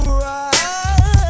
right